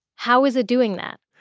how is it doing that?